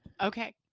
Okay